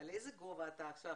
איזה גובה אתה עכשיו